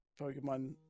Pokemon